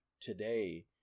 today